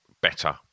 better